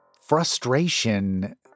frustration